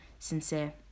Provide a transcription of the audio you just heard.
sincere